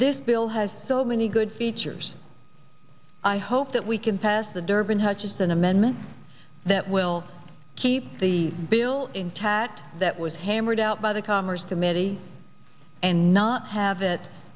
this bill has so many good features i hope that we can pass the durbin hutchison amendment that will keep the bill intact that was hammered out by the commerce committee and not have it